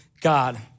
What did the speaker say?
God